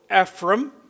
Ephraim